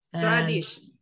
Tradition